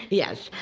yes.